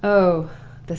oh,